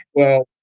well,